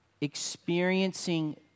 experiencing